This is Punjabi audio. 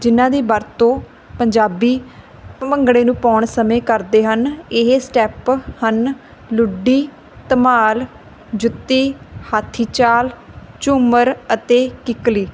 ਜਿਹਨਾਂ ਦੀ ਵਰਤੋਂ ਪੰਜਾਬੀ ਭੰਗੜੇ ਨੂੰ ਪਾਉਣ ਸਮੇਂ ਕਰਦੇ ਹਨ ਇਹ ਸਟੈਪ ਹਨ ਲੁੱਡੀ ਧਮਾਲ ਜੁੱਤੀ ਹਾਥੀ ਚਾਲ ਝੂੰਮਰ ਅਤੇ ਕਿੱਕਲੀ